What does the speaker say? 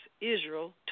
Israel